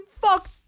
fuck